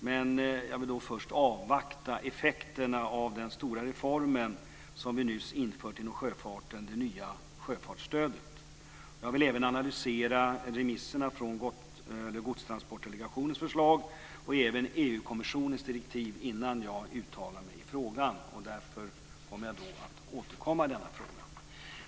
Men jag vill nog först avvakta effekterna av den stora reform som vi nyss infört inom sjöfarten, det nya sjöfartsstödet. Jag vill även analysera remisserna över Godstransportdelegationens förslag och EU-kommissionens direktiv innan jag uttalar mig i frågan. Därför kommer jag att återkomma i denna fråga.